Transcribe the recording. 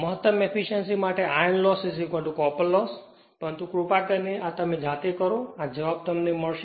મહત્તમ એફીશ્યંસી માટે iron loss copper loss પરંતુ કૃપા કરીને આ તમે જાતે કરશો આ જવાબ મળશે